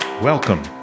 Welcome